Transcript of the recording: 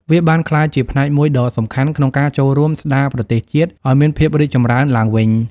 វាបានក្លាយជាផ្នែកមួយដ៏សំខាន់ក្នុងការចូលរួមស្តារប្រទេសជាតិឱ្យមានភាពរីកចម្រើនឡើងវិញ។